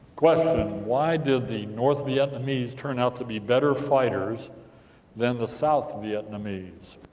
question ah why did the north vietnamese turn out to be better fighters than the south vietnamese?